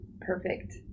perfect